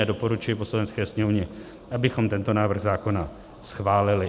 A doporučuji Poslanecké sněmovně, abychom tento návrh zákona schválili.